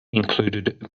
included